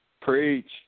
Preach